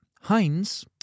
Heinz